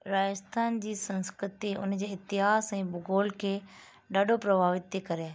राजस्थान जी संस्कृति उन जे इतिहास ऐं भूगोल खे ॾाढो प्रभावित थी करे